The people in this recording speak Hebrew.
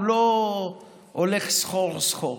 הוא לא הולך סחור-סחור.